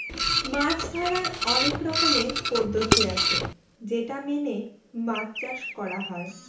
মাছ ধরার অনেক রকমের পদ্ধতি আছে যেটা মেনে মাছ চাষ করা হয়